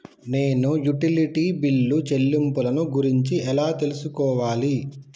నేను utility bill చెల్లింపులను గురించి ఎలా తెలుసుకోవాలి?